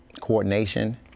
coordination